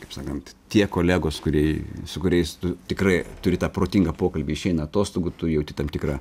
kaip sakant tie kolegos kurie su kuriais tu tikrai turi tą protingą pokalbį išeina atostogų tu jauti tam tikrą